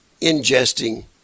ingesting